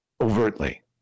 overtly